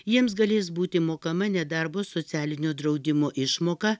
jiems galės būti mokama nedarbo socialinio draudimo išmoka